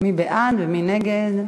מי בעד ומי נגד?